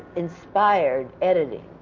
inspired editing.